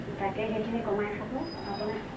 তাকে সেইখিনি কমাই খাব আপোনাৰ